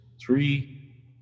three